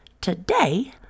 today